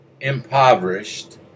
impoverished